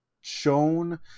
shown